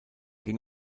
ging